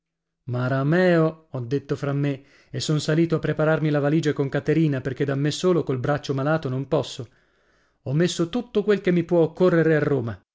marameo ho detto fra me e son salito a prepararmi la valigia con caterina perché da me solo col braccio malato non posso ho messo tutto quel che mi può occorrere a roma